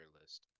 list